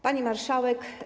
Pani Marszałek!